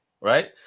right